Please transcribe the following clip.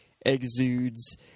exudes